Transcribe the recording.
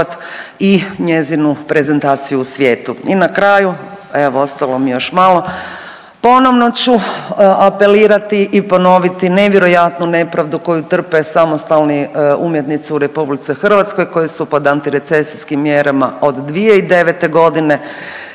i njezinu prezentaciju u svijetu. I na kraju evo ostalo mi je još malo. Ponovno ću apelirati i ponoviti nevjerojatnu nepravdu koju trpe samostalni umjetnici u Republici Hrvatskoj koji su pod anti recesijskim mjerama od 2009. godine.